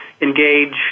engage